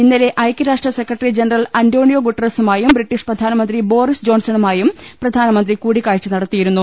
ഇന്നലെ ഐക്യരാഷ്ട്ര secretary general Antonio ഗുട്ടറസുമായും ബ്രിട്ടീഷ് പ്രധാനമന്ത്രി ബോറിസ് ജോൺസണുമായും പ്രധാനമന്ത്രി കൂടിക്കാഴ്ച നടത്തിയിരുന്നു